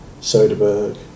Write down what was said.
Soderbergh